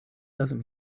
doesn’t